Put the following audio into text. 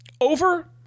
over